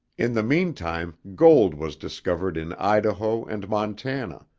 in the meantime gold was discovered in idaho and montana,